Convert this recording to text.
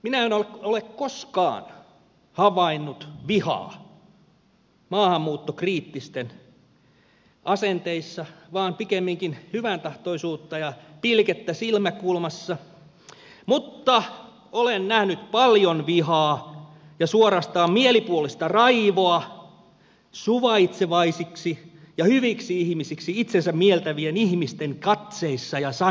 minä en ole koskaan havainnut vihaa maahanmuuttokriittisten asenteissa vaan pikemminkin hyväntahtoisuutta ja pilkettä silmäkulmassa mutta olen nähnyt paljon vihaa ja suorastaan mielipuolista raivoa suvaitsevaisiksi ja hyviksi ihmisiksi itsensä mieltävien ihmisten katseissa ja sanoissa